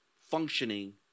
functioning